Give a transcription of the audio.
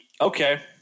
Okay